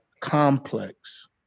complex